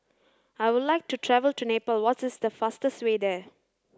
I would like to travel to Nepal what's is the fastest way there